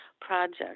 project